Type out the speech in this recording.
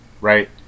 right